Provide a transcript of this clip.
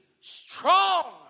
strong